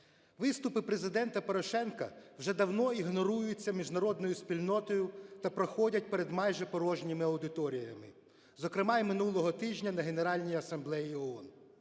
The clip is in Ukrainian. виступи Президента Порошенка вже давно ігноруються міжнародною спільнотою та проходять перед майже порожніми аудиторіями, зокрема і минулого тижня на Генеральній Асамблеї ООН.